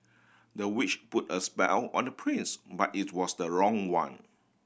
the witch put a spell on the prince but it was the wrong one